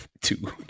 Two